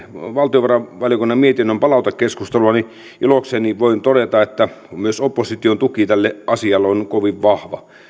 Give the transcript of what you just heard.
valtiovarainvaliokunnan mietinnön palautekeskustelua niin ilokseni voin todeta että myös opposition tuki tälle asialle on kovin vahva